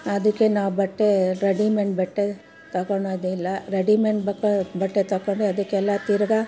ಅದಕ್ಕೆ ನಾವು ಬಟ್ಟೆ ರೆಡಿಮೆಂಡ್ ಬಟ್ಟೆ ತಕೊಳೋದಿಲ್ಲ ರೆಡಿಮೆಂಡ್ ಬಕ್ಕ ಬಟ್ಟೆ ತಕೊಂಡ್ರೆ ಅದಕ್ಕೆಲ್ಲ ತಿರುಗ